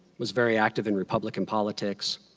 was very active in republican politics.